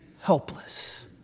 helpless